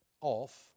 off